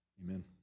amen